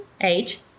Age